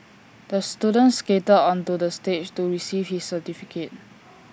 the student skated onto the stage to receive his certificate